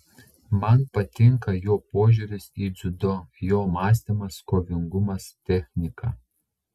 man patinka jo požiūris į dziudo jo mąstymas kovingumas technika